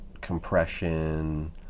compression